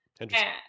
Interesting